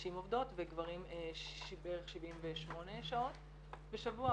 נשים עובדות וגברים בערך 78 שעות בשבוע,